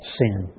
sin